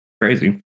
crazy